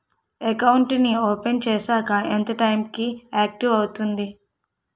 Account నీ open చేశాక ఎంత టైం కి ఆక్టివేట్ అవుతుంది?